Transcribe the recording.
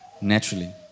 naturally